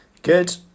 Good